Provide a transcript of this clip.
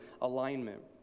alignment